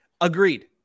Agreed